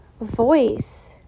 voice